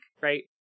right